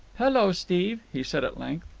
hello, steve, he said at length.